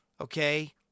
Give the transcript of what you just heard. okay